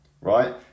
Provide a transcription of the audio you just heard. right